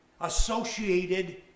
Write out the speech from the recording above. associated